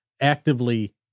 actively